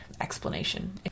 explanation